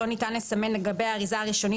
לא ניתן לסמן על גבי האריזה הראשונית